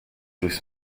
durchs